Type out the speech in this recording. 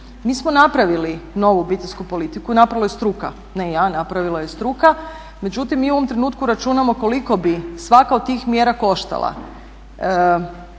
Mi smo napravili novu obiteljsku politiku, napravila je struka, ne ja napravila je struka. Međutim, mi u ovom trenutku računamo koliko bi svaka od tih mjera koštala.